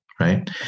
right